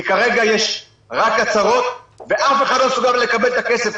כי כרגע יש רק הצהרות ואף אחד לא מסוגל לקבל את הכסף.